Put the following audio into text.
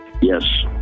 Yes